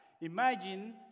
imagine